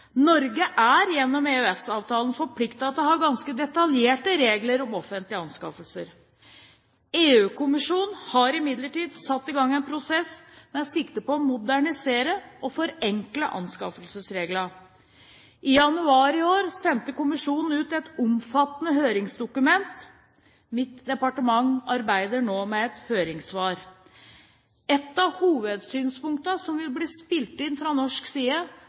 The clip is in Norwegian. Norge er gjennom EØS-avtalen forpliktet til å ha ganske detaljerte regler om offentlige anskaffelser. EU-kommisjonen har imidlertid satt i gang en prosess med sikte på å modernisere og forenkle anskaffelsesreglene. I januar i år sendte kommisjonen ut et omfattende høringsdokument. Mitt departement arbeider nå med et høringssvar. Et av hovedsynspunktene som vil bli spilt inn fra norsk side,